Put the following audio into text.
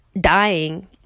dying